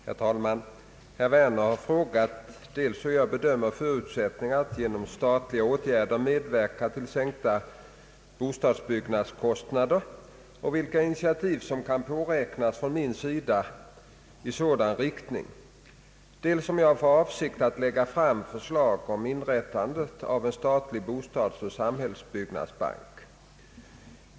Herr talman! Herr Werner har frågat dels hur jag bedömer förutsättningarna att genom statliga åtgärder medverka till sänkta bostadsbyggnadskostnader och vilka initiativ som kan påräknas från min sida i sådan riktning, dels om jag har för avsikt att lägga fram förslag om inrättande av en statlig bostadseller samhällsbyggnadsbank.